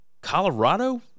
Colorado